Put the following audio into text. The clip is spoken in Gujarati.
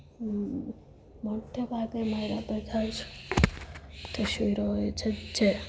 હું મોટે ભાગે મારા બધા જ તસવીરો હોય છે જે